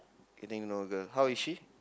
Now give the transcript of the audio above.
getting know girl how is she